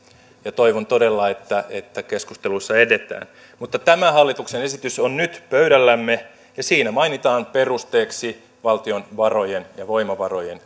ja toivon todella että että keskusteluissa edetään mutta tämä hallituksen esitys on nyt pöydällämme ja siinä mainitaan perusteeksi valtion varojen ja voimavarojen